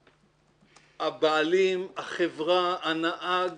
הבעלים, החברה, הנהג